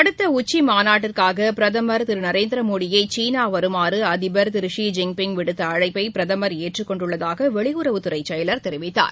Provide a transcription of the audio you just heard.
அடுத்தஉச்சிமாநாட்டிற்ளகபிரதமர் திருநரேந்திரமோடியைசீனாவருமாறுஅதிபர் திரு Xi Jinping விடுத்தஅழைப்பைபிரதமர் ஏற்றுக் கொண்டுள்ளதாகவெளியுறவுத் துறைசெயலர் தெரிவித்தார்